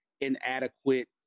inadequate